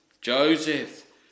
Joseph